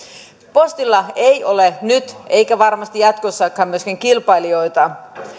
postilla ei myöskään ole nyt eikä varmasti jatkossakaan kilpailijoita